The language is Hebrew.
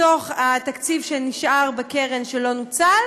מהתקציב שנשאר בקרן שלא נוצל,